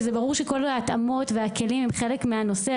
זה ברור שכל ההתאמות והכלים הם חלק מהנושא,